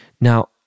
Now